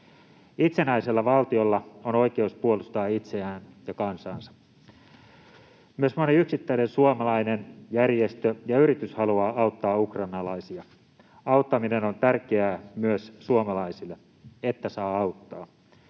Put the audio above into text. Itsenäisellä valtiolla on oikeus puolustaa itseään ja kansaansa. Myös moni yksittäinen suomalainen järjestö ja yritys haluaa auttaa ukrainalaisia. Auttaminen on tärkeää myös suomalaisille — se, että saa auttaa.